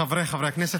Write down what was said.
חבריי חברי הכנסת,